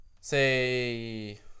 Say